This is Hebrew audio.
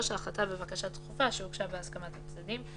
(3) החלטה בבקשה דחופה שהוגשה בהסכמת הצדדים.